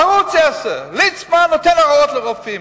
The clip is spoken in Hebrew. ערוץ-10: ליצמן נותן הוראות לרופאים,